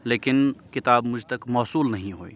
لیکن کتاب مجھ تک موصول نہیں ہوئی